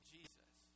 Jesus